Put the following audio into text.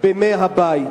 במי הבית.